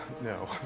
No